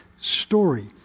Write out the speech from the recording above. story